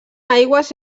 aigües